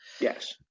yes